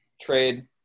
trade